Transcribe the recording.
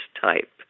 type